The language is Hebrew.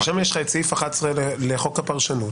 כי שם יש את סעיף 11 לחוק הפרשנות.